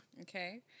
Okay